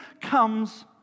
comes